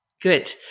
Good